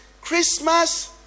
christmas